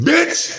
Bitch